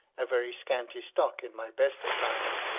a very scanty stock in my best of times,